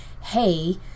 hey